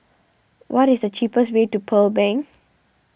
what is the cheapest way to Pearl Bank